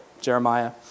Jeremiah